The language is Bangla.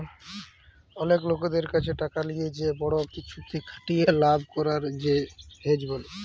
অলেক লকদের ক্যাছে টাকা লিয়ে যে বড় কিছুতে খাটিয়ে লাভ করাক কে হেজ ব্যলে